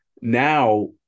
Now